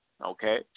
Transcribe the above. Okay